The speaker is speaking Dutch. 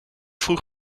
vroeg